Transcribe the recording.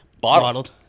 Bottled